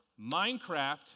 Minecraft